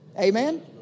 Amen